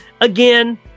again